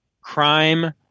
crime